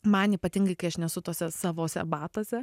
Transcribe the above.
man ypatingai kai aš nesu tuose savuose batuose